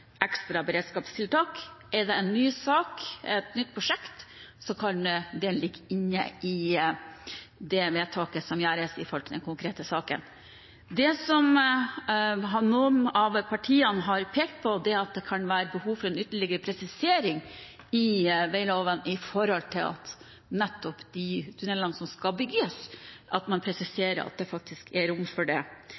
ekstra beredskapstiltak. Er det en ny sak, et nytt prosjekt, kan det ligge inne i det vedtaket som gjøres i den konkrete saken. Det som noen av partiene har pekt på, er at det kan være behov for en ytterligere presisering i veiloven når det gjelder nettopp de tunnelene som skal bygges, at man